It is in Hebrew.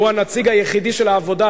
הוא הנציג היחיד של העבודה,